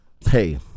Hey